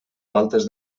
voltes